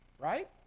Right